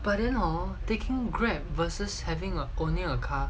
but then hor taking Grab versus having a owning a car